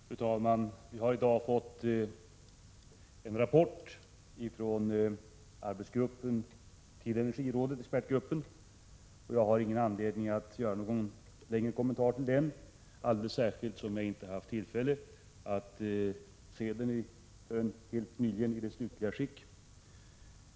Fru talman! Vi har i dag fått en rapport från expertgruppen inom energirådet. Jag har ingen anledning att göra någon längre kommentar till den, alldeles särskilt som jag inte förrän helt nyligen har haft tillfälle att se den i dess slutliga skick.